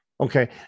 Okay